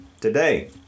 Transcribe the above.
today